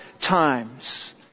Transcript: times